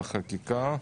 בחקיקה,